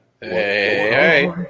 Hey